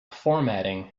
formatting